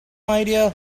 idea